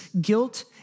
Guilt